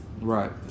Right